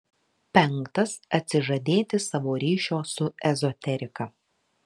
penktas atsižadėti savo ryšio su ezoterika